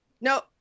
no